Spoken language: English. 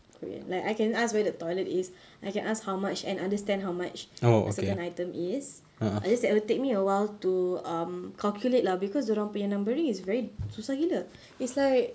korean like I can ask where the toilet is I can ask how much and understand how much a certain item is I just it'll take me awhile to um calculate lah because dorang punya numbering is very susah gila it's like